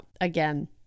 again